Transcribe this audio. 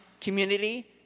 community